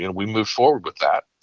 and we moved forward with that.